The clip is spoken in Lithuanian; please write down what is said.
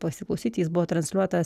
pasiklausyti jis buvo transliuotas